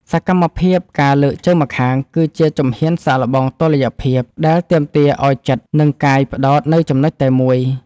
សកម្មភាព ការលើកជើងម្ខាង គឺជាជំហានសាកល្បងតុល្យភាព ដែលទាមទារឱ្យចិត្ត និងកាយផ្ដោតនៅចំណុចតែមួយ។